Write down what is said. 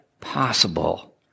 possible